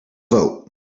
vote